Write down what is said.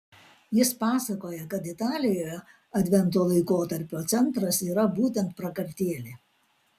jis pasakoja kad italijoje advento laikotarpio centras yra būtent prakartėlė